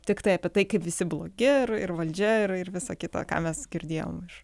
tiktai apie tai kaip visi blogi ir ir valdžia ir ir visa kita ką mes girdėjom iš